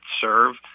serve